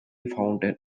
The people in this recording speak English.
fountain